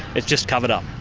it's just covered up.